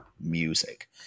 music